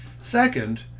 Second